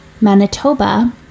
Manitoba